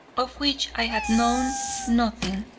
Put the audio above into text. of which i had known nothing.